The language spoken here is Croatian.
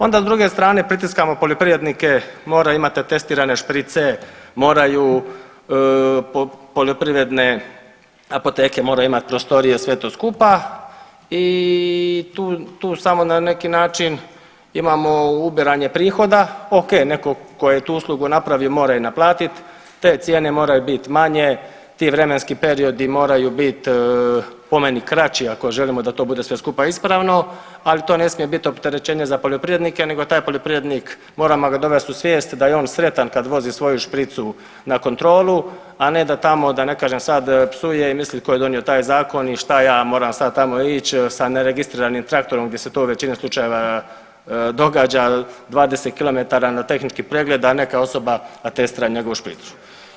Onda s druge strane pritiskamo poljoprivrednike moraju imati atestirane šprice, moraju poljoprivredne apoteke moraju imati prostorije sve to skupa i tu samo na neki način imamo ubiranje prihoda, ok netko tko je tu uslugu napravio mora i naplatit te cijene moraju biti manje, ti vremenski periodi moraju biti po meni kraći ako želimo da to bude sve skupa ispravno, ali to ne smije opterećenje za poljoprivrednike nego taj poljoprivrednik moramo ga dovesti u svijest da je on sretan kad vozi svoju špricu na kontrolu, a ne da tamo da ne kažem sad psuje i misli tko je donio taj zakon i šta ja moram sad tamo ići sa neregistriranim traktorom gdje se to u većini slučajeva događa 20 kilometara na tehnički pregled da neka osoba atestira njegovu špricu.